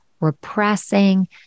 repressing